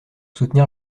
soutenir